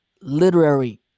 literary